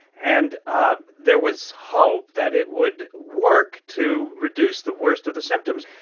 and ah there was hope that it would work to reduce the worst of the symptoms.